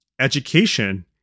education